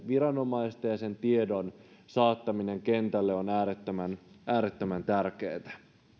viranomaisten ja sen tiedon saattaminen kentälle on äärettömän äärettömän tärkeätä